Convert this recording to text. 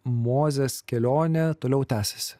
mozės kelionė toliau tęsiasi